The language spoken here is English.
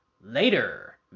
later